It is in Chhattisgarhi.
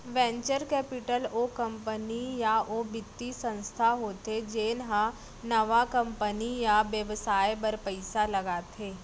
वेंचर कैपिटल ओ कंपनी या ओ बित्तीय संस्था होथे जेन ह नवा कंपनी या बेवसाय बर पइसा लगाथे